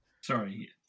Sorry